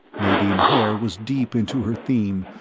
nadine haer was deep into her theme,